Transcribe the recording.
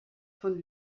von